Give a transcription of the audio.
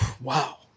wow